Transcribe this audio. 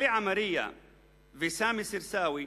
עלי עמריה וסמיר סרסאוי,